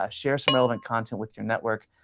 ah share some relevant content with your network.